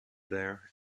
there